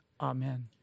amen